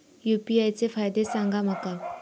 UPI चे फायदे सांगा माका?